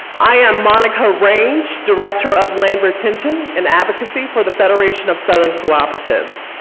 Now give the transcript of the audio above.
i um monica range, director of land retention and advocacy for the federation of settling cooperatives.